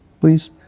please